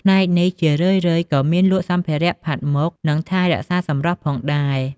ផ្នែកនេះជារឿយៗក៏មានលក់សម្ភារៈផាត់មុខ និងថែរក្សាសម្រស់ផងដែរ។